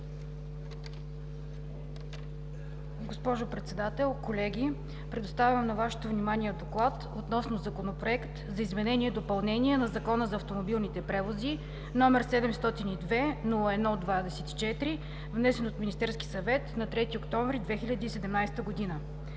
Госпожо Председател, колеги, предоставям на Вашето внимание: „ДОКЛАД относно Законопроект за изменение и допълнение на Закона за автомобилните превози, № 702-01-24, внесен от Министерския съвет на 3 октомври 2017 г.